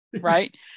right